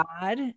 God